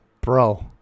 bro